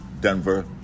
Denver